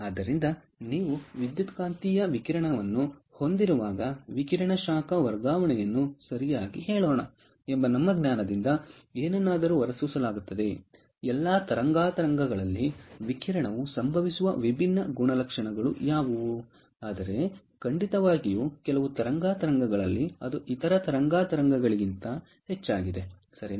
ಆದ್ದರಿಂದ ನೀವು ವಿದ್ಯುತ್ಕಾಂತೀಯ ವಿಕಿರಣವನ್ನು ಹೊಂದಿರುವಾಗ ವಿಕಿರಣ ಶಾಖ ವರ್ಗಾವಣೆಯನ್ನು ಸರಿಯಾಗಿ ಹೇಳೋಣ ಎಂಬ ನಮ್ಮ ಜ್ಞಾನದಿಂದ ಏನನ್ನಾದರೂ ಹೊರಸೂಸಲಾಗುತ್ತದೆ ಎಲ್ಲಾ ತರಂಗಾಂತರಗಳಲ್ಲಿ ವಿಕಿರಣವು ಸಂಭವಿಸುವ ವಿಭಿನ್ನ ಗುಣಲಕ್ಷಣಗಳು ಯಾವುವು ಆದರೆ ಖಂಡಿತವಾಗಿಯೂ ಕೆಲವು ತರಂಗಾಂತರಗಳಲ್ಲಿ ಅದು ಇತರ ತರಂಗಾಂತರಗಳಿಗಿಂತ ಹೆಚ್ಚಾಗಿದೆ ಸರಿ